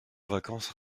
vacances